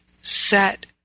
set